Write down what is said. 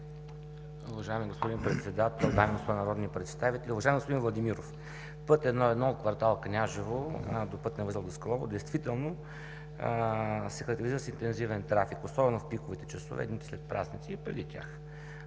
Уважаеми господин Председател, дами и господа народни представители! Уважаеми господин Владимиров, път I-1 от кв. „Княжево“ до пътен възел Даскалово действително се характеризира с интензивен трафик, особено в пиковите часове, в дните след празници и преди тях,